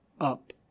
up